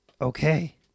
Okay